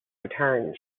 return